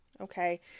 Okay